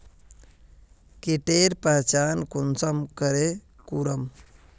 कीटेर पहचान कुंसम करे करूम?